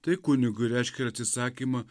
tai kunigui reiškia ir atsisakymą